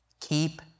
keep